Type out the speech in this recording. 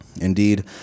Indeed